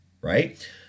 right